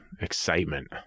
excitement